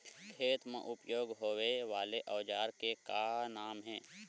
खेत मा उपयोग होए वाले औजार के का नाम हे?